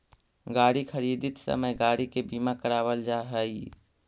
गाड़ी खरीदित समय गाड़ी के बीमा करावल जा हई